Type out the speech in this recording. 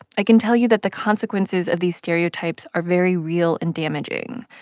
i can tell you that the consequences of these stereotypes are very real and damaging,